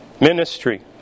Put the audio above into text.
ministry